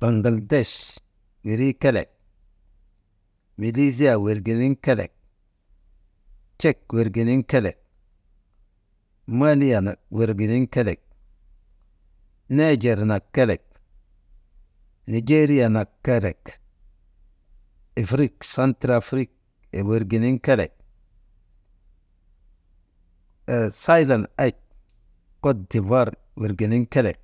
Baŋgaldech wirii kelek, miliiziya wirii kelek cek wirginiŋ kelek, maaliya na wirginiŋ kelek, neejer nak kelek, nijeeriya nak kelek, ifirik sentre afrik wirginiŋ kelek, saylan et kot divuwar irginiŋ kelek,